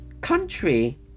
country